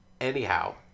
Anyhow